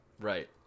right